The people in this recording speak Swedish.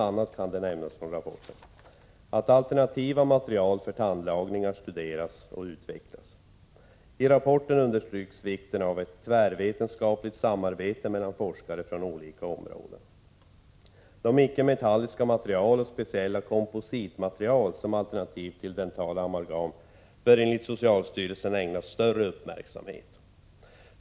a. kan nämnas: —- Alternativa material för tandlagningar studeras och utvecklas. —- I rapporten understryks vikten av ett tvärvetenskapligt samarbete mellan forskare från olika områden. — Icke-metalliska material och speciella kompositmaterial som alternativ till dentala amalgam bör enligt socialstyrelsen ägnas större uppmärksamhet.